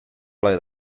blow